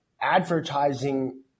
advertising